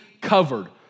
covered